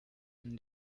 and